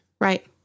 Right